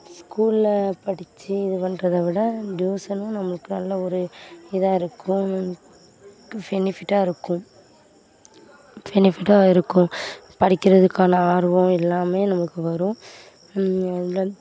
ஸ்கூலில் படிச்சு இது பண்ணுறத விட டியூசனும் நம்மளுக்கு நல்ல ஒரு இதாக இருக்கும் ஃபெனிஃபிட்டாக இருக்கும் ஃபெனிஃபிட்டாக இருக்கும் படிக்கிறதுக்கான ஆர்வம் எல்லாமே நம்மளுக்கு வரும்